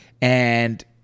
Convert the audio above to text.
and-